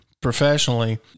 professionally